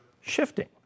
shifting